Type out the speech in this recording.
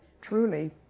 Truly